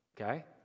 okay